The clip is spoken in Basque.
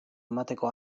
emateko